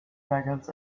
dragons